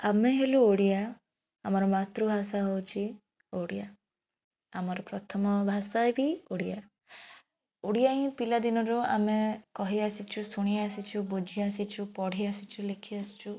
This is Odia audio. ଆମେ ହେଲୁ ଓଡ଼ିଆ ଆମର ମାତୃଭାଷା ହଉଛି ଓଡ଼ିଆ ଆମର ପ୍ରଥମ ଭାଷା ବି ଓଡ଼ିଆ ଓଡ଼ିଆ ହିଁ ପିଲାଦିନରୁ ଆମେ କହିଆସିଛୁ ଶୁଣିଆସିଛୁ ବୁଝିଆସିଛୁ ପଢ଼ି ଆସିଛୁ ଲେଖି ଆସିଛୁ